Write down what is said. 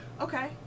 Okay